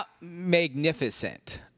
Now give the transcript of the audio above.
Magnificent